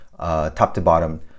top-to-bottom